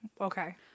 Okay